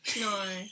No